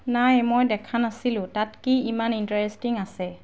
নাই মই দেখা নাছিলোঁ তাত কি ইমান ইণ্টাৰেষ্টিং আছে